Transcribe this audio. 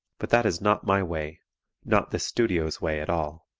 but that is not my way not this studio's way at all.